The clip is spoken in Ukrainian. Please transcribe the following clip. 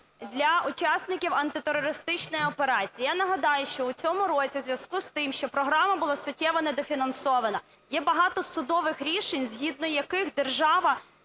для учасників Антитерористичної операції. Я нагадаю, що в цьому році у зв'язку з тим, що програма була суттєво недофінансована, є багато судових рішень, згідно яких держава